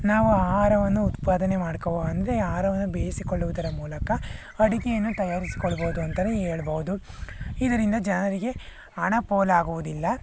ನಾವು ಆಹಾರವನ್ನು ಉತ್ಪಾದನೆ ಮಾಡ್ಕೋ ಅಂದರೆ ಆಹಾರವನ್ನು ಬೇಯಿಸಿಕೊಳ್ಳುವುದರ ಮೂಲಕ ಅಡಿಗೆಯನ್ನು ತಯಾರಿಸ್ಕೊಳ್ಬೋದು ಅಂತಲೇ ಹೇಳ್ಬೋದು ಇದರಿಂದ ಜನರಿಗೆ ಹಣ ಪೋಲಾಗುವುದಿಲ್ಲ